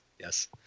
yes